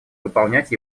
выполнять